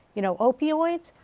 you know opioids?